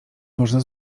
można